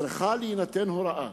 צריכה להינתן הוראה